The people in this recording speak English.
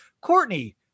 Courtney